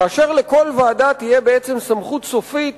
כאשר לכל ועדה תהיה בעצם סמכות סופית